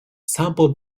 sample